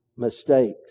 Mistakes